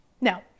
Now